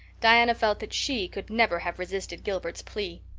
diana felt that she could never have resisted gilbert's plea.